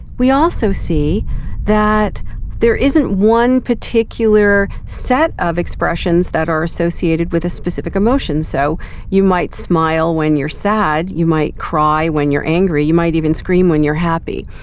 we also see that there isn't one particular set of expressions that are associated with a specific emotion. so you might smile when you're sad, you might cry when you're angry, you might even scream when you're happy.